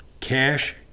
Cash